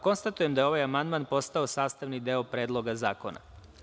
Konstatujem da je ovaj amandman postao sastavni deo Predloga zakona.